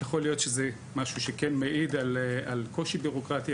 יכול להיות שזה משהו שכן מעיד על קושי ביורוקרטי,